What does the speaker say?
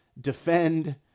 defend